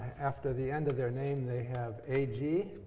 after the end of their name they have ag.